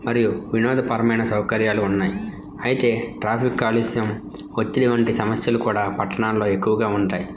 మరియు వినోదపరమైన సౌకర్యాలు ఉన్నాయి అయితే ట్రాఫిక్ కాలుష్యం ఒత్తిడి వంటి సమస్యలు కూడా పట్టణాల్లో ఎక్కువగా ఉంటాయి